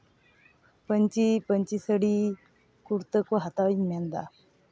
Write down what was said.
ᱯᱟᱹᱧᱪᱤ ᱯᱟᱹᱧᱪᱤ ᱥᱟᱹᱲᱤ ᱠᱩᱨᱛᱟᱹ ᱠᱚ ᱦᱟᱛᱟᱣᱤᱧ ᱢᱮᱱᱫᱟ